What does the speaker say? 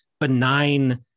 benign